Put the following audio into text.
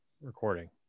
recording